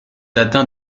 atteint